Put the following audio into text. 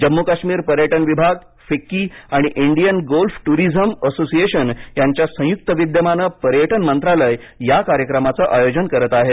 जम्मू काश्मीर पर्यटन विभाग फिक्की आणि इंडियन गोल्फ ट्ररिझम असोसिएशन यांच्या संयुक्त विद्यमाने पर्यटन मंत्रालय या कार्यक्रमाचे आयोजन करत आहे